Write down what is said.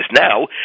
now